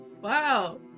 Wow